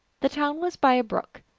the town was by a brook,